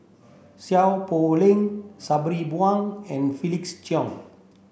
Seow Poh Leng Sabri Buang and Felix Cheong